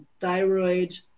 thyroid